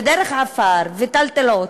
דרך עפר וטלטלות?